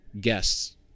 guests